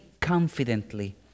confidently